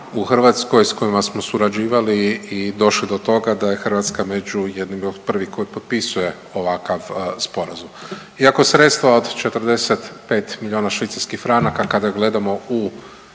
u Hrvatskoj sa kojima smo surađivali i došlo je do toga da je Hrvatska među jednim od prvih koji potpisuje ovakav sporazum. Iako sredstva od 45 milijuna švicarskih franaka kada gledamo u omotnici